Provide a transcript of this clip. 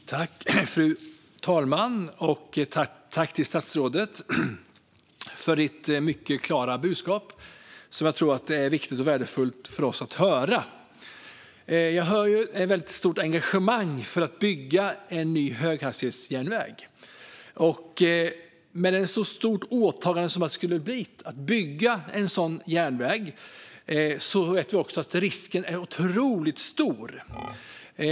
Fru talman! Jag tackar statsrådet för hans mycket klara budskap som jag tror är viktigt och värdefullt för oss att höra. Jag hör ett väldigt stort engagemang för att bygga en ny höghastighetsjärnväg. Med ett så stort åtagande som det skulle bli att bygga en sådan järnväg vet vi också att det innebär otroligt stora risker.